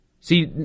See